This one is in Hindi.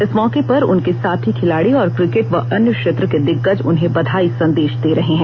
इस मौके पर उनके साथी खिलाड़ी और क्रिकेट व अन्य क्षेत्र के दिग्गज उन्हें बधाई संदेश दे रहे हैं